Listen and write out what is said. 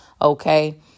okay